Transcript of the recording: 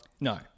No